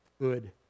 good